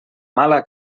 mala